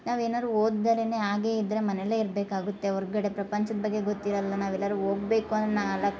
ನಾವು ಏನಾದರು ಓದ್ದರನೆ ಹಾಗೆ ಇದ್ದರೆ ಮನೇಲೆ ಇರಬೇಕಾಗುತ್ತೆ ಹೊರ್ಗಡೆ ಪ್ರಪಂಚದ ಬಗ್ಗೆ ಗೊತ್ತಿರಲ್ಲ ನಾವು ಎಲ್ಲರೂ ಹೋಗ್ಬೇಕು ಅಂದರೆ ನಾಲ್ಕು